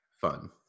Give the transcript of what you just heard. Fun